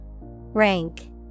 Rank